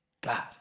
God